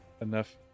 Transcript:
enough